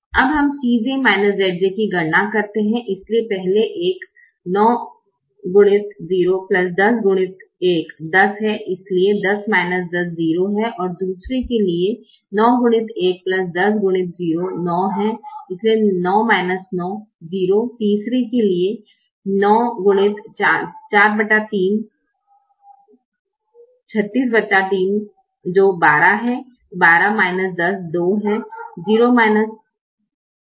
अब हम Cj Zj की गणना करते हैं इसलिए पहले एक 10 है इसलिए 0 है दूसरे के लिए 9 है 0 तीसरे के लिए 9x 43 363 जो 12 है 2 है 2 है